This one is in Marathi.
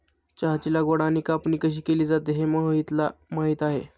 चहाची लागवड आणि कापणी कशी केली जाते हे मोहितला माहित आहे